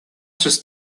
just